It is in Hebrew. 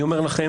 אני אומר לכם,